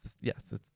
yes